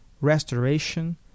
restoration